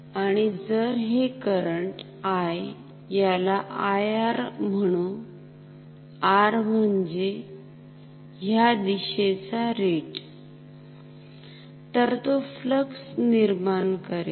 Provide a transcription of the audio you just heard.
आणि जर हे करंट I याला IR म्हणु R म्हणजे ह्या दिशेचा रेट तर तो फ्लक्स निर्माण करेल